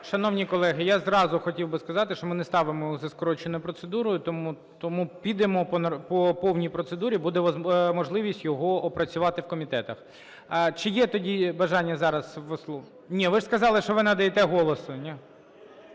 Шановні колеги, я зразу хотів би сказати, що ми не ставимо за скороченою процедурою, тому підемо по повній процедурі, буде можливість його опрацювати в комітетах. Чи є тоді бажання зараз… Ні, ви ж сказали, що ви надаєте "Голосу"?